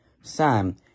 Sam